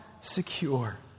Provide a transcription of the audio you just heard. secure